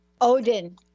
Odin